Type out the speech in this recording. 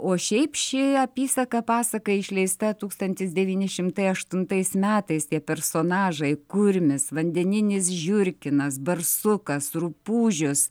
o šiaip ši apysaka pasaka išleista tūkstantis devyni šimtai aštuntais metais tie personažai kurmis vandeninis žiurkinas barsukas rupūžius